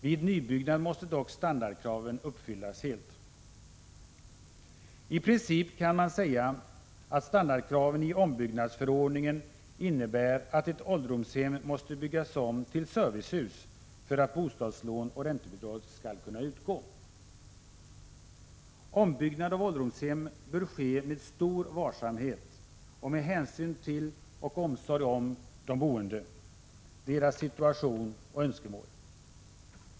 Vid nybyggnad måste dock standardkraven uppfyllas helt. I princip kan man säga att standardkraven i ombyggnadsförordningen innebär att ett ålderdomshem måste byggas om till servicehus för att bostadslån och räntebidrag skall kunna utgå. Ombyggnad av ålderdomshem bör ske med stor varsamhet och med hänsyn till och omsorg om de boende, deras situation och önskemål.